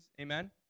Amen